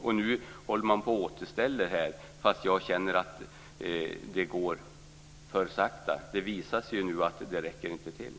Och nu håller man på att återställa, men jag känner att det går för långsamt. Det visar sig nu att det inte räcker till.